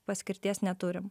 paskirties neturim